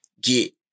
get